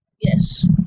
Yes